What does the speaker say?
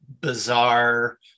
bizarre